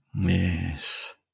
Yes